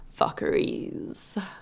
fuckeries